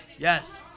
Yes